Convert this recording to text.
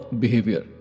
behavior